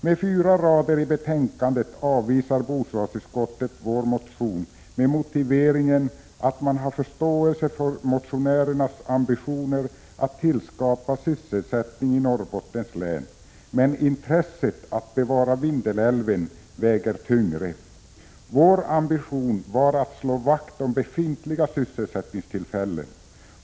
Med fyra rader i betänkandet avvisar bostadsutskottet vår motion med motiveringen att man har förståelse för motionärernas ambitioner att tillskapa sysselsättning i Norrbottens län men att intresset av att bevara Vindelälven väger tyngre. Vår ambition var att slå vakt om befintliga sysselsättningstillfällen.